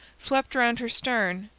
swept round her stern,